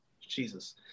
Jesus